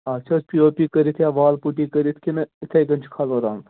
اَتھ چھِ حظ پی او پی کٔرِتھ یا وال پُٹی کٔرِتھ کِنہٕ یِتھَے کٔنۍ چھُ کھالُن رنٛگ